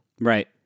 Right